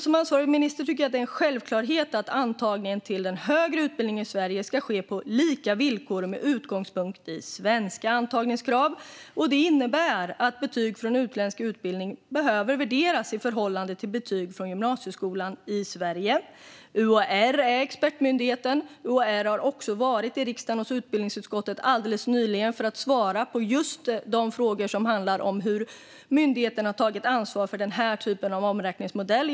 Som ansvarig minister tycker jag att det är en självklarhet att antagningen till den högre utbildningen i Sverige ska ske på lika villkor och med utgångspunkt i svenska antagningskrav. Detta innebär att betyg från utländsk utbildning behöver värderas i förhållande till betyg från gymnasieskolan i Sverige. UHR är expertmyndigheten. UHR har också alldeles nyligen varit i riksdagens utbildningsutskott för att svara på just de frågor som handlar om hur myndigheten har tagit ansvar för denna typ av omräkningsmodell.